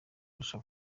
rubasha